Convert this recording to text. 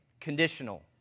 Conditional